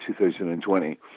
2020